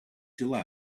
july